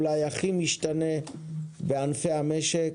אולי הכי משתנה בענפי המשק.